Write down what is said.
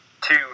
two